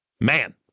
man